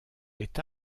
est